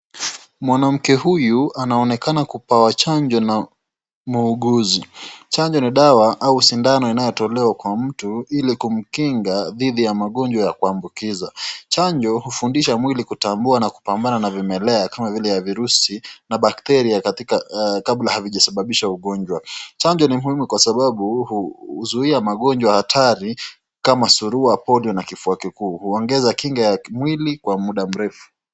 Mwanamke huyu anaonekana kupewa chanjo na muuguzi. Chanjo ni dawa au sindano inayotolewa kwa mtu, ili kumkinga dhidi ya magonjwa ya kuambukiza. Chanjo hufundisha mwili kutambua na kupambana na vimelea kama vile ya virusi na bakteria kabla havijasababisha ugonjwa. Chanjo ni muhimu kwa sababu huzuia magonjwa hatari kama surwa, pojo na kifua kikuu. Huongeza kinga ya mwili kwa muda mrefu.